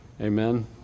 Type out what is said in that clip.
Amen